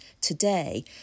today